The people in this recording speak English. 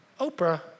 Oprah